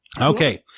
Okay